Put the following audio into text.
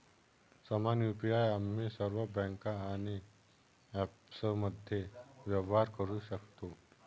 समान यु.पी.आई आम्ही सर्व बँका आणि ॲप्समध्ये व्यवहार करू शकतो